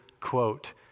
quote